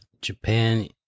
japan